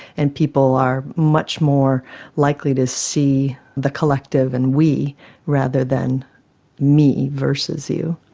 and people are much more likely to see the collective and we rather than me versus you.